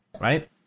right